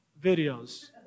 videos